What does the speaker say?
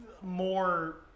more